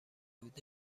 بود